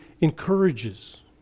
encourages